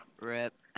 RIP